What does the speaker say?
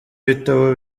bitabo